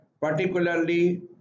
particularly